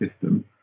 system